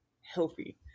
healthy